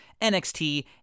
NXT